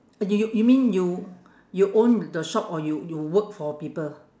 you you you mean you you own the shop or you you work for people